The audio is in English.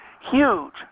Huge